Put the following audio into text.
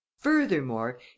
furthermore